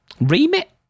remit